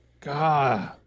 god